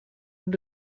time